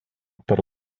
per